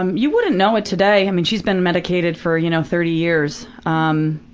um you wouldn't know it today i mean she's been medicated for you know thirty years. um.